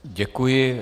Děkuji.